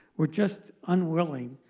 we're just unwilling,